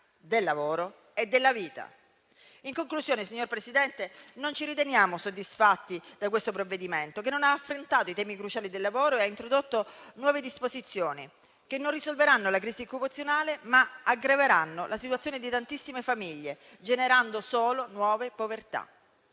del lavoro e della vita. In conclusione, signor Presidente, non ci riteniamo soddisfatti da questo provvedimento, che non ha affrontato i temi cruciali del lavoro e ha introdotto nuove disposizioni che non risolveranno la crisi occupazionale, ma aggraveranno la situazione di tantissime famiglie, generando solo nuove povertà.